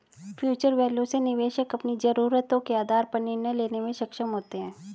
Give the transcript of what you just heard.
future value से निवेशक अपनी जरूरतों के आधार पर निर्णय लेने में सक्षम होते हैं